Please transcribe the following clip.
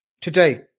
today